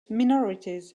minorities